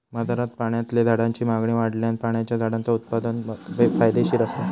बाजारात पाण्यातल्या झाडांची मागणी वाढल्यान पाण्याच्या झाडांचा उत्पादन फायदेशीर असा